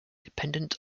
dependent